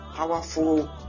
Powerful